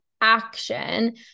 action